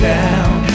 down